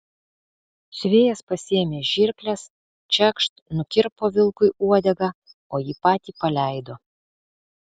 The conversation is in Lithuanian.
siuvėjas pasiėmė žirkles čekšt nukirpo vilkui uodegą o jį patį paleido